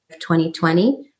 2020